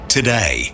today